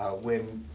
ah when